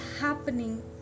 happening